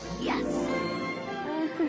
yes